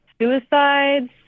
suicides